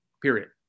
period